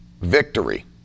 victory